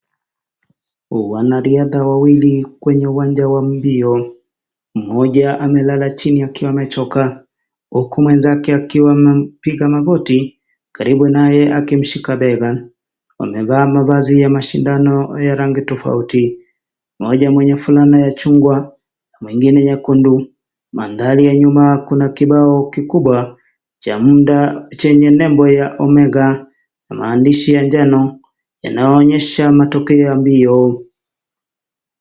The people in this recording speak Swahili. Wanariadha wawili kwenye uwanja wa mbio. Mmoja amelala chini akiwa amechoka, huku mwenzake akiwa amempiga magoti, karibu naye akimshika bega. Wamevaa mavazi ya mashindano ya rangi tofauti. Mmoja mwenye fulana ya chungwa, mwingine nyekundu. Mandhari ya nyuma kuna kibao kikubwa, cha muda chenye nembo ya Omega na maandishi ya njano, yanayoonyesha matokeo ya mbio.